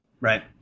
Right